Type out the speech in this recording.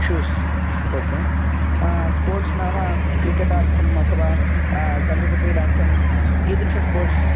shoes ओ के sports नाम क्रिकेटार्थम् अथवा कन्दुकक्रीडार्थं कीदृशं स्पोर्ट्स्